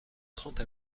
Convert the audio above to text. trente